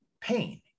pain